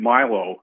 Milo